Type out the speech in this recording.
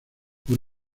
por